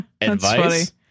Advice